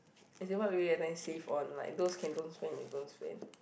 as in what will you save on like those can don't spend you don't spend